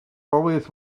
always